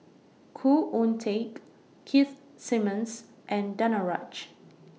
Khoo Oon Teik Keith Simmons and Danaraj